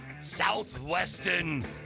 southwestern